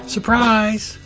Surprise